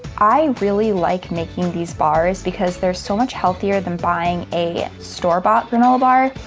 i really like making these bars because they're so much healthier than buying a store-bought granola bar.